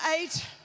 eight